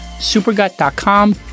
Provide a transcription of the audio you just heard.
supergut.com